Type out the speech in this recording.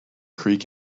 creek